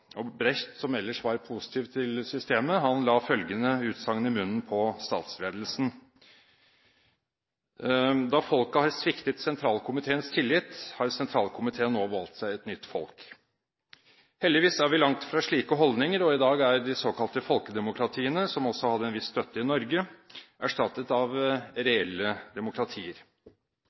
Brecht, som ellers var positiv til systemet, la følgende utsagn i munnen på statsledelsen: Da folket har sviktet sentralkomiteens tillit, har sentralkomiteen nå valgt seg et nytt folk. Heldigvis er vi langt fra slike holdninger, og i dag er de såkalte folkedemokratiene, som også hadde en viss støtte i Norge, erstattet av reelle demokratier.